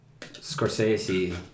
Scorsese